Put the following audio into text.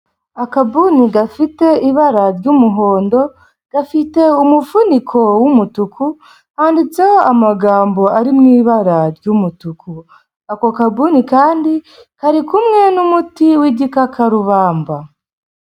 Akabuni gafite ibara ry'umuhondo, gafite umufuniko w'umutuku handitseho amagambo ari mu ibara ry'umutuku, ako kabuni kandi kari kumwe n'umuti w'igikakarubamba.